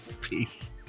Peace